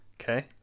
Okay